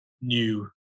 new